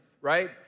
right